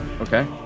okay